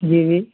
जी जी